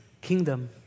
kingdom